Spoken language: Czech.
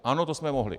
Ano, to jsme mohli.